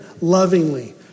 lovingly